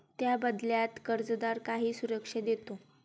त्या बदल्यात कर्जदार काही सुरक्षा देतो